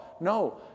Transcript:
No